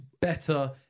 better